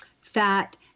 fat